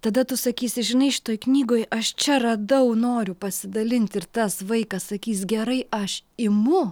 tada tu sakysi žinai šitoj knygoj aš čia radau noriu pasidalinti ir tas vaikas sakys gerai aš imu